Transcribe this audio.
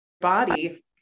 body